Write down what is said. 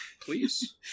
Please